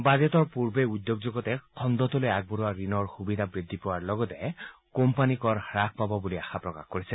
বাজেটৰ পূৰ্বে উদ্যোগ জগতে খণ্ডটোলৈ আগবঢ়োৱা ঋণৰ সুবিধা বৃদ্ধি পোৱাৰ লগতে কোম্পানী কৰ হাস পাব বুলি আশা প্ৰকাশ কৰিছে